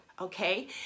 okay